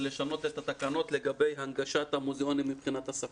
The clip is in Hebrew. לשנות את התקנות לגבי הנגשת המוזיאונים מבחינת השפה.